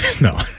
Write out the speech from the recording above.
No